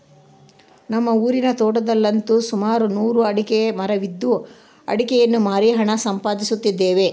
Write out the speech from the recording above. ನಮ್ಮ ಊರಿನ ತೋಟದಲ್ಲಂತು ಸುಮಾರು ನೂರು ಅಡಿಕೆಯ ಮರವಿದ್ದು ಅಡಿಕೆಯನ್ನು ಮಾರಿ ಹಣ ಸಂಪಾದಿಸುತ್ತೇವೆ